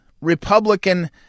Republican